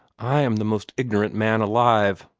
i am the most ignorant man alive!